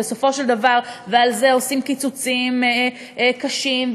ועל זה עושים קיצוצים קשים,